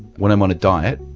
when i'm on a diet,